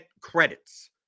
credits